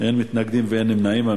אין מתנגדים ואין נמנעים.